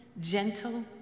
gentle